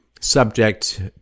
subject